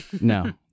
No